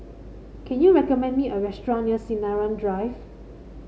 can you recommend me a restaurant near Sinaran Drive